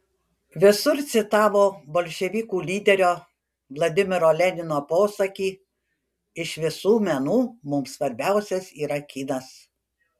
visur citavo bolševikų lyderio vladimiro lenino posakį iš visų menų mums svarbiausias yra kinas